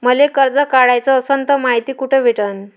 मले कर्ज काढाच असनं तर मायती कुठ भेटनं?